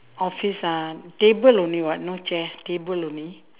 office ah table only [what] no chair table only